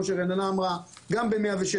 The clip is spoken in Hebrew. גם ב-106,